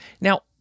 Now